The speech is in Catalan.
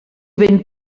ben